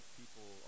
people